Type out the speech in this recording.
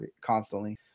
constantly